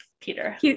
Peter